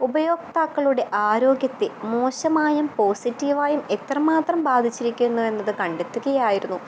ഉപയോക്താക്കളുടെ ആരോഗ്യത്തെ മോശമായും പോസിറ്റീവായും എത്രമാത്രം ബാധിച്ചിരിക്കുന്നു എന്നത് കണ്ടെത്തുകയായിരുന്നു